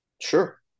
Sure